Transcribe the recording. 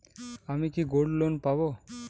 আমি কি gold loan পাবো?